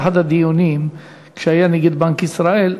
באחד הדיונים כשהיה נגיד בנק ישראל,